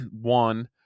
One